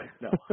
No